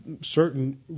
certain